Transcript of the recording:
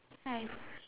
I have